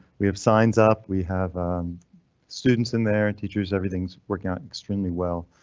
we have signs up. we have students in there and teachers everything's working out extremely well.